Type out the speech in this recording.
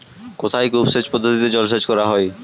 কোথায় কূপ সেচ পদ্ধতিতে জলসেচ করা হয়?